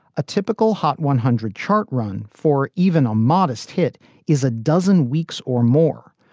a typical hot one hundred chart run for even a modest hit is a dozen weeks or more.